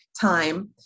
time